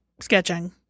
sketching